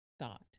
thought